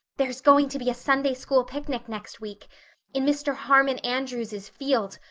there's going to be a sunday-school picnic next week in mr. harmon andrews's field,